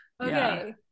Okay